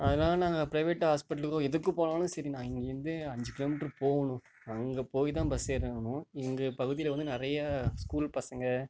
அதனால் நாங்கள் பிரைவேட் ஹாஸ்பிடலுக்கோ எதுக்கு போனாலும் சரி நான் இங்கேருந்து அஞ்சு கிலோமீட்டர் போகணும் அங்கே போய் தான் பஸ் ஏறணும் இங்கே பகுதியில் வந்து நிறைய ஸ்கூல் பசங்க